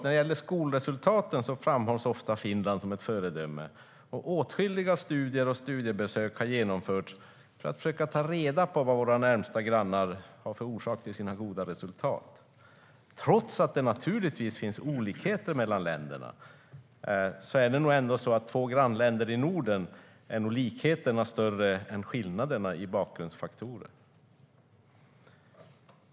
När det gäller skolresultaten framhålls ofta Finland som ett föredöme. Åtskilliga studier och studiebesök har genomförts för att försöka ta reda på vad våra närmaste grannar har för orsak till sina goda resultat. Trots att det naturligtvis finns olikheter mellan länderna är nog likheterna mellan de två grannländerna i Norden större än skillnaderna i bakgrundsfaktorer.